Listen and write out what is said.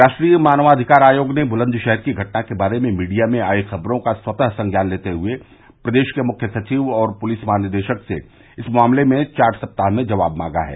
राष्ट्रीय मानवाधिकार आयोग ने बुलन्दशहर की घटना के बारे में मीडिया में आई खबरों का स्वतः संज्ञान लेते हुए प्रदेश के मुख्य सचिव और पुलिस महानिदेशक से इस मामले में चार सप्ताह में जवाब मांगा है